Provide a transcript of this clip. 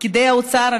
פקידי האוצר,